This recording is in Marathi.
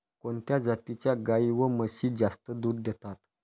कोणत्या जातीच्या गाई व म्हशी जास्त दूध देतात?